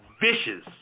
vicious